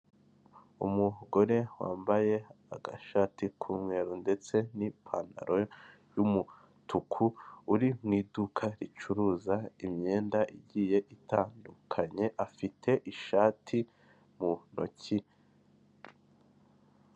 Umugore wambaye agashati k'umweru ndetse n'ipantaro y'umutuku uri mu iduka ricuruza imyenda igiye itandukanye afite ishati mu ntoki.